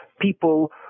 people